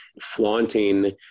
flaunting